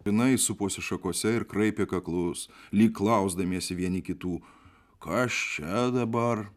jinai suposi šakose ir kraipė kaklus lyg klausdamiesi vieni kitų kas čia dabar